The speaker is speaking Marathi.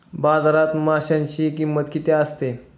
बाजारात माशांची किंमत किती असते?